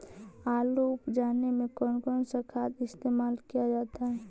आलू उप जाने में कौन कौन सा खाद इस्तेमाल क्या जाता है?